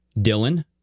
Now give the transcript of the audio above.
Dylan